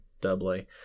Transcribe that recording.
doubly